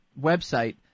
website